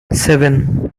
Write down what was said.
seven